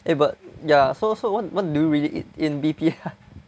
eh but ya so so what what do you really eat in B_P ha